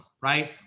right